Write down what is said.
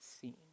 seen